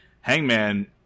Hangman